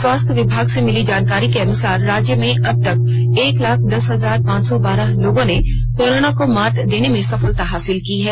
स्वास्थ्य विभाग से मिली जानकारी के अनुसार अनुसार राज्य में अब तक एक लाख दस हजार पांच सौ बारह लोगों ने कोरोना को मात देने में सफलता हासिल की है